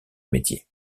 métier